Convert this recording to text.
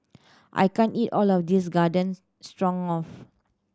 I can't eat all of this Garden Stroganoff